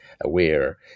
aware